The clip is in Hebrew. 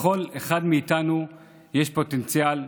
לכל אחד מאיתנו יש פוטנציאל.